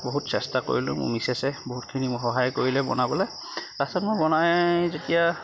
বহুত চেষ্টা কৰিলোঁ মোৰ মিছেছে বহুতখিনি মোক সহায় কৰিলে বনাবলে লাষ্টত মোৰ বনাই যেতিয়া